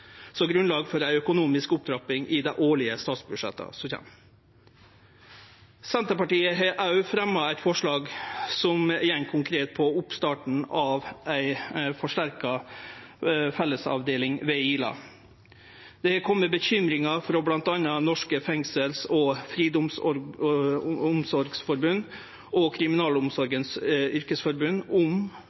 som grunnlag for ei økonomisk opptrapping i dei årlege statsbudsjetta som kjem. Senterpartiet har òg fremja eit forslag som konkret handlar om oppstart av ei «forsterka fellesskapsavdeling» ved Ila. Det er kome bekymringar frå bl.a. Norsk Fengsels- og Friomsorgsforbund og Kriminalomsorgens yrkesforbund om